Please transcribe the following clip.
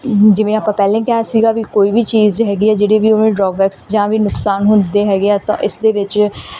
ਜਿਵੇਂ ਆਪਾਂ ਪਹਿਲੇ ਹੀ ਕਿਹਾ ਸੀਗਾ ਵੀ ਕੋਈ ਵੀ ਚੀਜ਼ ਹੈਗੀ ਆ ਜਿਹੜੀ ਵੀ ਉਹਨਾਂ ਦੇ ਡਰੋਬੈਕਸ ਜਾਂ ਵੀ ਨੁਕਸਾਨ ਹੁੰਦੇ ਹੈਗੇ ਆ ਤਾਂ ਇਸ ਦੇ ਵਿੱਚ